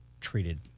treated